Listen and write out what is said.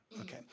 Okay